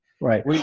Right